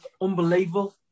unbelievable